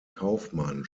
kaufmann